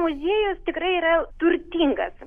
muziejus tikrai yra turtingas